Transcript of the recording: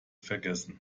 vergessen